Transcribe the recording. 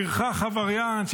פרחח עבריין,